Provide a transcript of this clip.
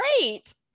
great